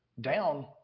down